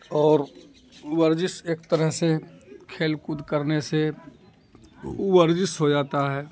اور وزش ایک طرح سے کھیل کود کرنے سے وزش ہو جاتا ہے